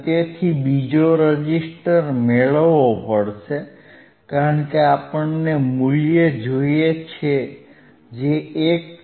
તેથી તેણે બીજો રેઝિસ્ટર મેળવવો પડશે કારણ કે આપણને મૂલ્ય જોઈએ છે જે 1 છે